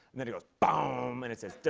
and then it goes, boom. and it says,